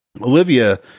Olivia